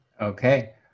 Okay